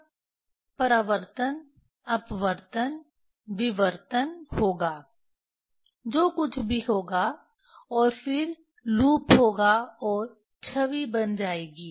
तब परावर्तन अपवर्तन विवर्तन होगा जो कुछ भी होगा और फिर लूप होगा और छवि बन जाएगी